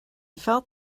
felt